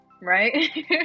right